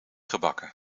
gebakken